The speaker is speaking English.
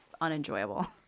unenjoyable